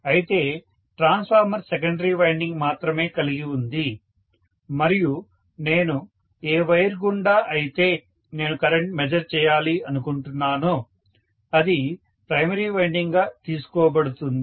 అయితే transformer secondary winding మాత్రమే కలిగి ఉంది మరియు నేను ఏ వైర్ నుండి అయితే నేను కరెంట్ మెజర్ చేయాలి అనుకుంటున్నానో అది ప్రైమరీ వైండింగ్ గా తీసుకోబడుతుంది